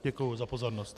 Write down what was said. Děkuji za pozornost.